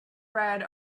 bread